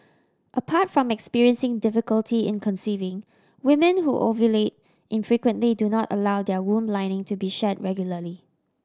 apart from experiencing difficulty in conceiving women who ovulate infrequently do not allow their womb lining to be shed regularly